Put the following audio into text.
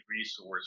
resource